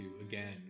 again